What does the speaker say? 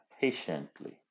patiently